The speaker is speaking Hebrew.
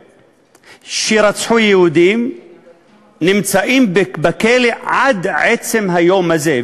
שרצחו יהודים נמצאים בכלא עד עצם היום הזה,